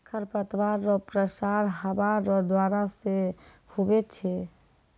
खरपतवार रो प्रसार हवा रो द्वारा से हुवै छै